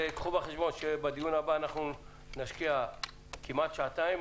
קחו בחשבון שבדיון הבא נשקיע כמעט שעתיים,